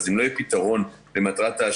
אז אם לא יהיה פתרון במטרת האשראי,